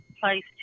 place